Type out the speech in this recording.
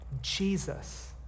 Jesus